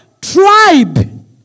Tribe